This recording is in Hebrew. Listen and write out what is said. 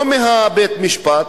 לא מבית-המשפט.